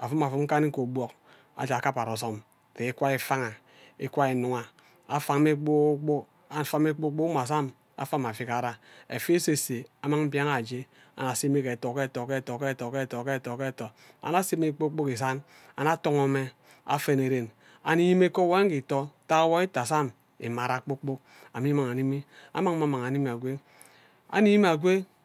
avum avum nkana ika ogbonk aja agibara ozom ikwa ifanga ikwa inuga afame kpokpok afa mme kpor kpok mme azam afa mme avigara efia esese amang mbian ayo aje anum ase mme ke etho ke etho ke etho ke etho ke etho ke etho ke etho ke annug ase mme kpor kpok isan annug atonho mme afene ren animi mme ke owoi ije ito ntak owoi ito azam imara kpor kpok ari mang animi annung mme animi animi mme akwe